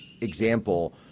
example